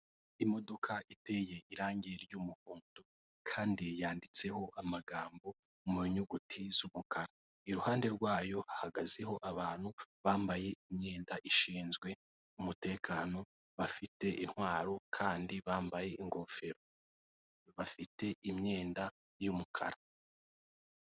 Imodoka iteye irangi ry'umuhondo, kandi yanditseho amagambo mu nyuguti z'umukara, iruhande rwayo hagazeho abantu bambaye imyenda ishinzwe umutekano bafite intwaro, kandi bambaye ingofero bafite imyenda yumukara.